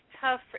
tough